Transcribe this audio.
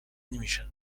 نمیشن